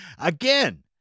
again